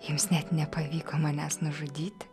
jiems net nepavyko manęs nužudyti